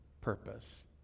purpose